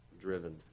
driven